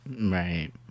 Right